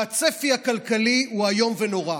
והצפי הכלכלי הוא איום ונורא.